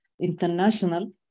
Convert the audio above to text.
international